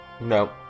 no